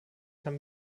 kann